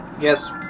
Yes